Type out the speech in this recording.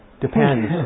Depends